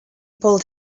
pulled